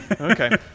Okay